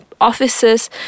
offices